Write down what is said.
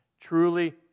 truly